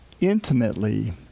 intimately